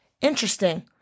interesting